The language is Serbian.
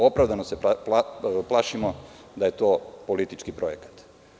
Opravdano se plašimo da je to politički projekat.